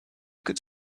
could